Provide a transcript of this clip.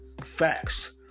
Facts